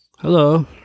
Hello